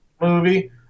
movie